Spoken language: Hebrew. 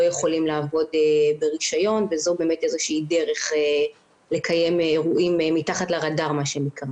יכולים לעבוד ברישיון וזאת איזושהי דרך לקיים אירועים מתחת לרדאר.